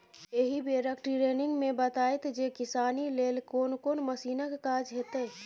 एहि बेरक टिरेनिंग मे बताएत जे किसानी लेल कोन कोन मशीनक काज हेतै